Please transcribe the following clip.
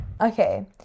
Okay